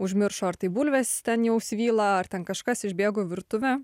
užmiršo ar tai bulvės ten jau svyla ar ten kažkas išbėgo į virtuvę